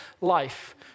life